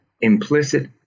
implicit